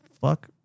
fuck